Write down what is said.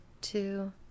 two